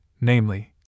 namely